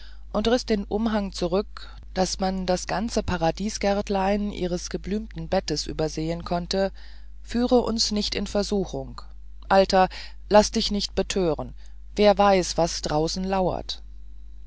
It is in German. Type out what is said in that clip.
und riß den umhang zurück daß man das ganze paradiesgärtlein ihres geblümten bettes übersehen konnte führe uns nicht in versuchung alter laß dich nicht betören wer weiß was draußen lauert